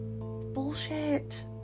bullshit